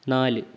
നാല്